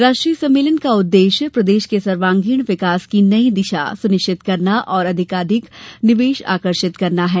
राष्ट्रीय सम्मेलन का उद्देश्य प्रदेश के सर्वांगीण विकास की नई दिशा सुनिश्चित करना और अधिकाधिक निवेश आकर्षित करना है